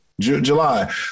July